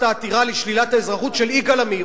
העתירה לשלילת האזרחות של יגאל עמיר.